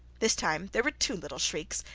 this time there were two little shrieks,